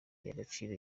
y’agaciro